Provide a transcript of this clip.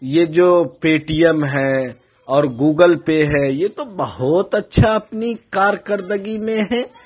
یہ جو Paytm ہے اور گوگل پے ہے یہ تو بہت اچھا اپنی کارکردگی میں ہے